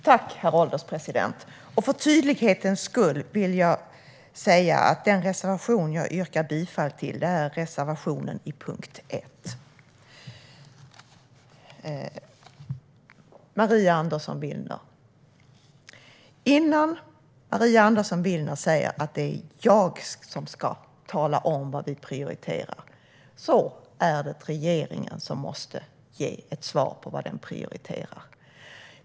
Herr ålderspresident! För tydlighets skull vill jag säga att den reservation som jag yrkar bifall till är reservationen i punkt 1. Innan Maria Andersson Willner säger att det är jag som ska tala om vad vi prioriterar måste regeringen ge ett svar på vad den prioriterar.